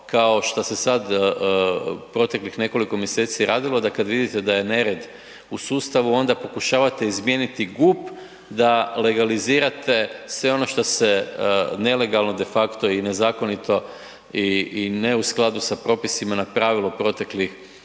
kao što se sad proteklih nekoliko mjeseci radilo, da kad vidite da je nered u sustavu, onda pokušavate izmijeniti GUP da legalizirate sve ono što se nelegalno de facto i nezakonito i ne u skladu s propisima napravilo proteklih